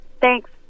Thanks